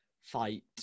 fight